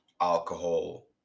alcohol